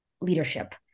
leadership